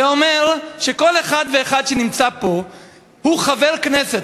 זה אומר שכל אחד ואחד שנמצא פה הוא חבר כנסת,